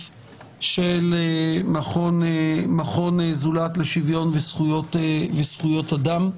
של מכון "זולת" לשוויון וזכויות אדם,